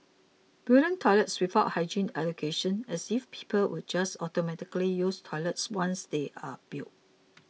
building toilets without hygiene education as if people would just automatically use toilets once they're built